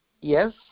yes